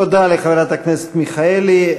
תודה לחברת הכנסת מיכאלי.